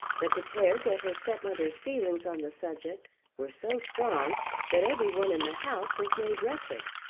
but declared that her stepmother's feelings on the subject were so strong that every one in the house was made wretched.